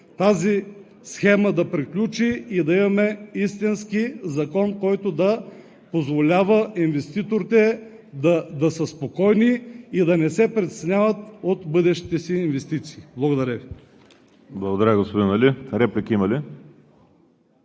тази схема да приключи и да имаме истински закон, който да позволява инвеститорите да са спокойни и да не се притесняват от бъдещите си инвестиции. Благодаря Ви. ПРЕДСЕДАТЕЛ